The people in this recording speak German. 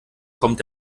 kommt